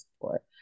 support